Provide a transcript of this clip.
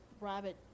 rabbit